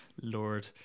lord